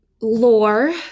Lore